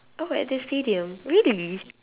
oh at the stadium really